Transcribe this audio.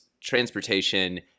transportation